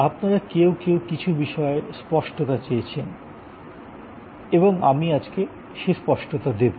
আপনারা কেউ কেউ কিছু বিষয়ে স্পষ্টতা চেয়েছেন এবং আমি আজকে স্পষ্টতাও দেব